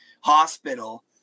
hospital